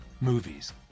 movies